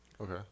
okay